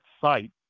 site